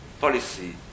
policy